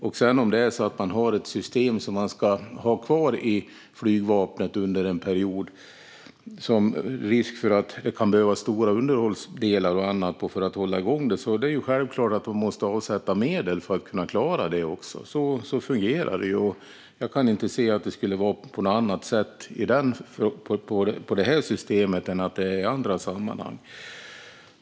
Om sedan detta system ska vara kvar i flygvapnet under en period, med risk för att det kan behövas stora underhållsdelar och annat för att hålla igång det, är det självklart att man måste avsätta medel för att kunna klara det. Så fungerar det. Jag kan inte se att det skulle vara på något annat sätt med det här systemet än vad det är i andra sammanhang.